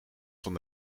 van